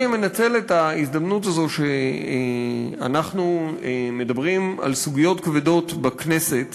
אני מנצל את ההזדמנות הזו שאנחנו מדברים על סוגיות כבדות בכנסת